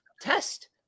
Test